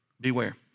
Beware